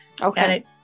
Okay